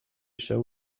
show